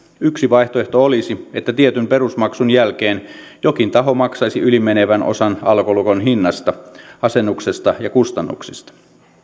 yksi vaihtoehto olisi että tietyn perusmaksun jälkeen jokin taho maksaisi yli menevän osan alkolukon hinnasta asennuksesta ja kustannuksista